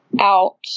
out